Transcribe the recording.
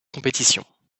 compétition